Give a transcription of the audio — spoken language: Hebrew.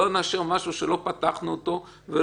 אם אותו טרוריסט עשה את זה בישראל,